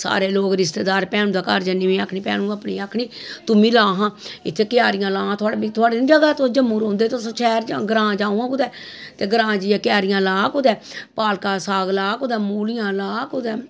सारे लोग रिश्तेदार भैनूं दे घर जन्नी में भैनू अपनी गी आखनी तूं बी ला हां इत्थै क्यारियां लां हां थुआढ़े निं जगह ऐ तुस जम्मू रौंह्दे तुस शैह्र च ग्रांऽ च आमां कुतै ते ग्रांऽ जाइयै क्यारियां ला कुतै पालका दा साग ला कुतै मूलियां ला कुतै